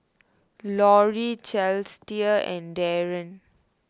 Lori Celestia and Daren